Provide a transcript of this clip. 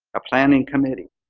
a planning committee,